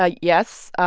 ah yes.